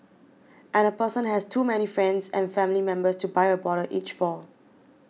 and the person has too many friends and family members to buy a bottle each for